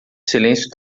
silêncio